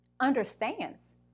understands